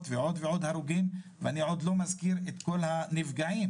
ועוד ועוד הרוגים ואני לא מזכיר את כל אלפי הנפגעים.